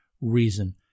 reason